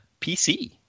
pc